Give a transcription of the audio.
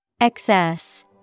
Excess